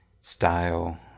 style